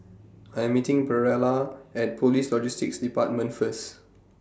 I Am meeting Pearla At Police Logistics department First